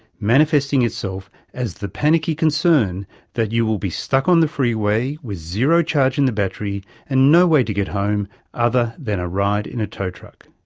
manifesting itself as the panicky concern that you will be stuck on the freeway with zero charge in the battery and no way to get home other than a ride in a tow truck.